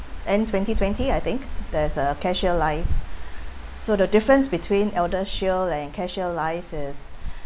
end twenty twenty I think there's uh CareShield life so the difference between ElderShield and CareShield Life is